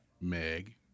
Meg